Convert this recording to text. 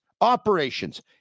operations